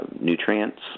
nutrients